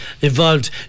involved